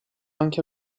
anche